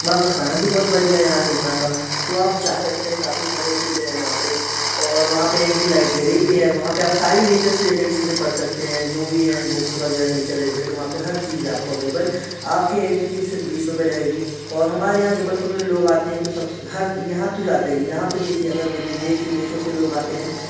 वहाँ पे खाना भी बहुत बढ़िया यहाँ डुमना का तो आप जा सकते हैं काफ़ी सारे अच्छी चीज़ें हैं वहाँ पे और वहाँ पे एक लाइब्रेरी भी है वहाँ पे आप सारे नेचर से रिलेटेड चीज़ें पढ़ सकते हैं जो भी है बुक्स वगैरह नेचर रिलेटेड वहाँ पे हर चीज है आपको अवेलेबल आपके एंट्री फीस सिर्फ बीस रूपए लगेगी और हमारे यहाँ जबलपुर में लोग आते हैं तो सब सब यहाँ तो जाते ही यहाँ पे देखिए अगर देश विदेश से लोग आते हैं